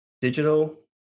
digital